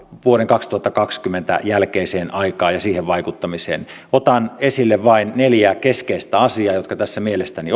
vuoden kaksituhattakaksikymmentä jälkeiseen aikaan ja siihen vaikuttamiseen otan esille vain neljä keskeistä asiaa jotka tässä mielestäni